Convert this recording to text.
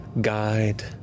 guide